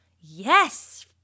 Yes